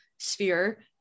sphere